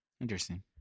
Interesting